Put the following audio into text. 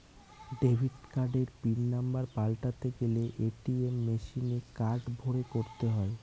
debit কার্ডের pin number পাল্টাতে গেলে এ.টি.এম মেশিনে কার্ড ভোরে করতে হয়